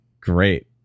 great